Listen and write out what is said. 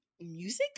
music